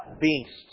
beasts